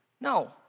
No